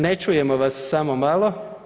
Ne čujemo vas, samo malo.